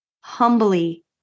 humbly